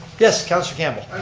yes, councilor campbell.